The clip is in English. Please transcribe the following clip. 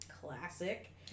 Classic